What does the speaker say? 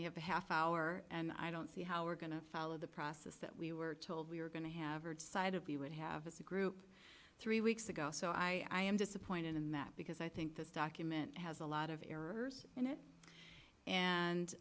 we have a half hour and i don't see how we're going to follow the process that we were told we were going to have heard side of the would have as a group three weeks ago so i am disappointed in that because i think this document has a lot of errors in it